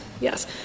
yes